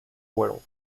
wallon